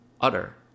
utter